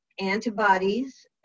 antibodies